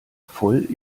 voll